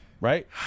Right